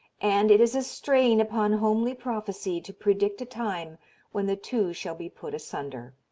and it is a strain upon homely prophecy to predict a time when the two shall be put asunder.